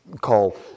call